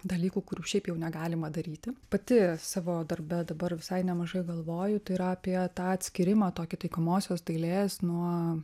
dalykų kurių šiaip jau negalima daryti pati savo darbe dabar visai nemažai galvoju tai yra apie tą atskyrimą tokį taikomosios dailės nuo